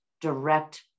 direct